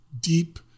deep